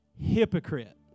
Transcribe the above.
hypocrite